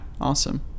awesome